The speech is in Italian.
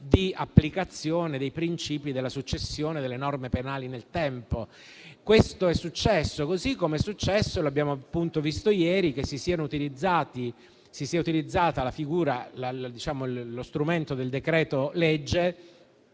di applicazione dei principi della successione delle norme penali nel tempo. Questo è successo, così come è successo, come abbiamo visto ieri, che si sia utilizzato lo strumento del decreto-legge